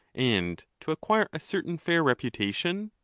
and to acquire a certain fair reputation?